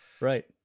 right